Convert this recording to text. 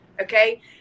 Okay